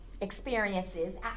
experiences